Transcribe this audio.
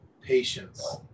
Patience